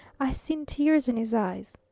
i seen tears in his eyes.